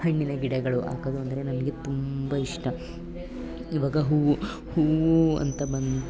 ಹಣ್ಣಿನ ಗಿಡಗಳು ಹಾಕೋದು ಅಂದರೆ ನನಗೆ ತುಂಬ ಇಷ್ಟ ಇವಾಗ ಹೂವು ಹೂವು ಅಂತ ಬಂದು